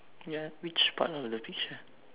ya which part of the picture